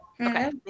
Okay